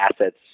assets